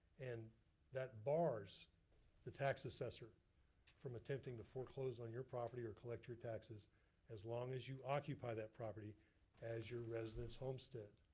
and that bars the tax assessor from attempting to foreclose on your property or collect your taxes as long as you occupy that property as your residence homestead.